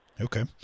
Okay